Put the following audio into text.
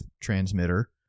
transmitter